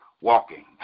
Walking